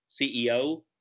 CEO